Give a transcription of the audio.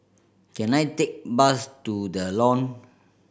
can I take bus to The Lawn